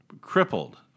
crippled